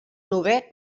novè